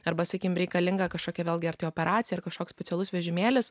arba sakykime reikalinga kažkokia vėlgi ar tai operacija ar kažkoks specialus vežimėlis